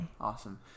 Awesome